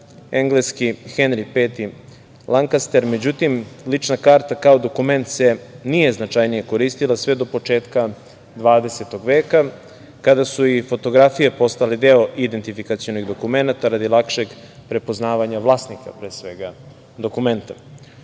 engleski Henri V Lankaster.Međutim, lična karta, kao dokument se nije značajnije koristila sve do početka 20. veka, kada su i fotografije postale deo identifikacionih dokumenata, radi lakšeg prepoznavanja vlasnika pre svega dokumenta. Oblik,